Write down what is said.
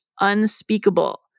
unspeakable